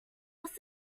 was